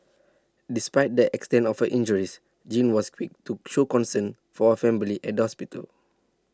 despite the extent of her injures Jean was quick to show concern for her family at the hospital